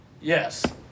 yes